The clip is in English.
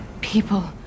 people